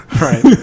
Right